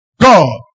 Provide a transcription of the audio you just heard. God